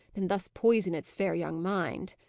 than thus poison its fair young mind.